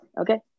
Okay